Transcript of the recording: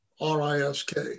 R-I-S-K